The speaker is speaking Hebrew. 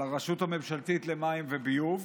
על הרשות הממשלתית למים וביוב,